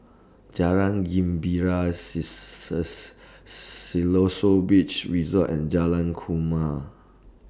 Jalan Gembira Siloso Beach Resort and Jalan Kuma